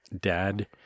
dad